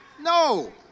No